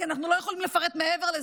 כי אנחנו לא יכולים לפרט מעבר לזה,